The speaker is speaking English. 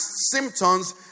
symptoms